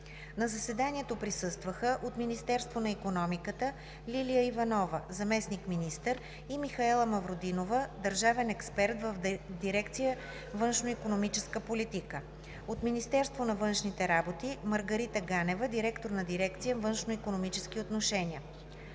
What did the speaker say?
На заседанието присъстваха: от Министерството на икономиката – Лилия Иванова, заместник-министър, и Михаела Мавродинова – държавен експерт в дирекция „Външноикономическа политика“; от Министерството на външните работи – Маргарита Ганева, директор на дирекция „Външноикономически отношения“.